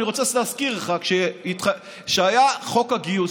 אני רוצה להזכיר לך שכשהיה חוק הגיוס,